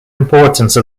importance